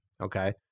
Okay